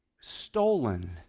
stolen